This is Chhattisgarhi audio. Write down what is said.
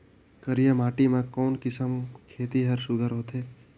करिया माटी मा कोन किसम खेती हर सुघ्घर होथे?